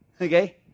Okay